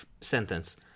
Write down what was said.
sentence